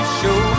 show